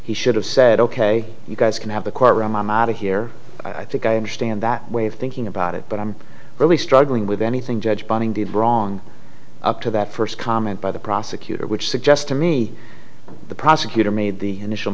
he should have said ok you guys can have the courtroom i'm out of here i think i understand that way of thinking about it but i'm really struggling with anything judge bunning did wrong up to that first comment by the prosecutor which suggests to me the prosecutor made the initial